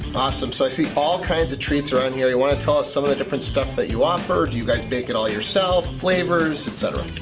awesome, so i see all kinds of treats around here. you want to tell us some of the different stuff that you offer? do you guys bake it all yourself? flavors, et cetera.